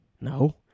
No